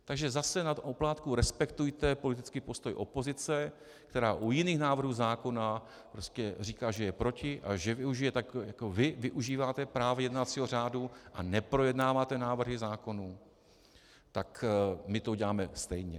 Takže zase na oplátku respektujte politický postoj opozice, která u jiných návrhů zákonů říká, že je proti a že využije jako vy využíváte práv jednacího řádu a neprojednáváte návrhy zákonů, tak my to uděláme stejně.